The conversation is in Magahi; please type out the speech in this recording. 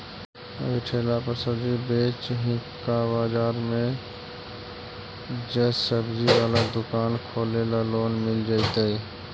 अभी ठेला पर सब्जी बेच ही का बाजार में ज्सबजी बाला दुकान खोले ल लोन मिल जईतै?